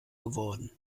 geworden